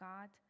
God